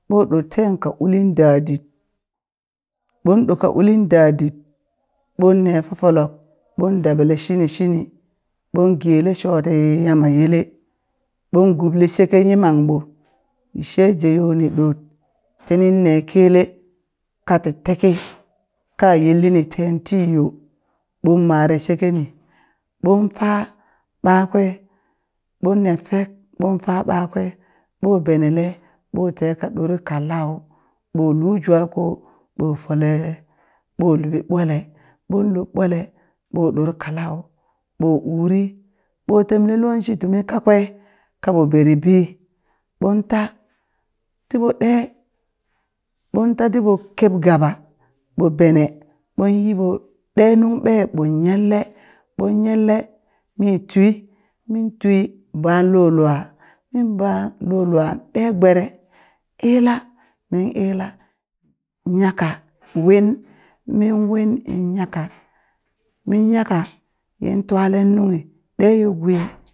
Ɓo ɗot ten ka ulin dadit ɓon ɗo ka ulin dadit ɓon ne fofolok, ɓon dabale shini shini ɓon gele shoti Yamma yele ɓon gubli sheke yimangɓo sheje yo ni ɗot tinin ne kele kati tiki ka yillini teentiyo ɓon mare shekeni ɓon faa ɓakwe ɓonne fek ɓon fa ɓakwe ɓo benele ɓo teka ɗore kalau ɓo luu jwa ko ɓo fole ɓo luɓi ɓwale ɓon lub ɓwale ɓo ɗor kalau ɓo uri ɓo temle lo shi tumi kakwe kaɓo ɓeri ɓii ɓon ta tiɓo ɗe ɓonta diɓo ɓo keb gaba ɓo bene ɓon yi ɓo ɗe nung ɓee ɓo yenle ɓon yenle mi twi, min twi ɓan lo lua mba lo lua ɗe gbere ila min ila nyaka win, min win in nyaka, min nyaka min twale nunghi ɗe gwi